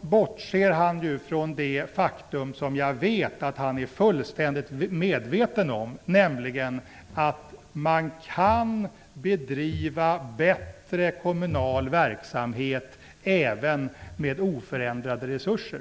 bortser han från ett faktum som jag vet att han är fullständigt medveten om, nämligen att man kan bedriva bättre kommunal verksamhet även med oförändrade resurser.